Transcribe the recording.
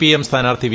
IM സ്ഥാനാർഥി V